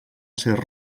ser